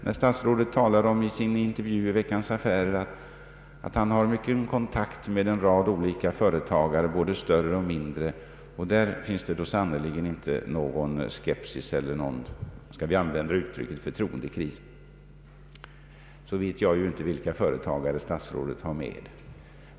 När statsrådet i intervjun i Veckans Affärer talar om att han har mycket intim kontakt med en rad olika företagare, både större och mindre, och att där sannerligen inte finns någon skepsis eller — om vi skall använda det uttrycket — förtroendekris, så vet jag inte vilka företagare statsrådet avser.